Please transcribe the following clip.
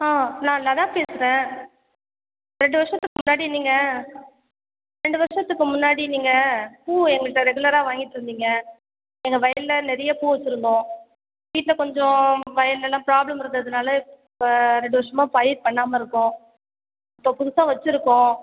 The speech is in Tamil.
ஆ நான் லதா பேசறேன் ரெண்டு வருடத்துக்கு முன்னாடி நீங்கள் ரெண்டு வருடத்துக்கு முன்னாடி நீங்கள் பூ எங்கள்கிட்ட ரெகுலராக வாங்கிட்ருந்தீங்க எங்கள் வயலில் நிறையா பூ வச்சுருந்தோம் வீட்டில் கொஞ்சம் வயல்லேலாம் ப்ராபளம் இருந்ததுனால் இப்போ ரெண்டு வருடமா பயிர் பண்ணாமல் இருக்கோம் இப்போது புதுசாக வச்சுருக்கோம்